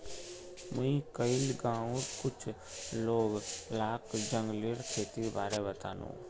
मुई कइल गांउर कुछ लोग लाक जंगलेर खेतीर बारे बतानु